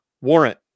warrant